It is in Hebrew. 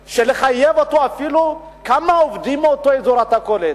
לחייב אותו אפילו: כמה עובדים מאותו אזור אתה קולט?